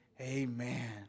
Amen